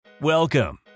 Welcome